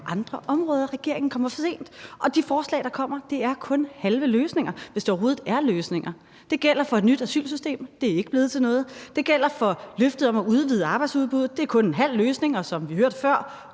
andre områder. Regeringen kommer for sent, og de forslag, der kommer, er kun halve løsninger, hvis det overhovedet er løsninger. Det gælder for et nyt asylsystem. Det er ikke blevet til noget. Det gælder for løftet om at udvide arbejdsudbuddet. Det er kun en halv løsning, og som vi hørte før,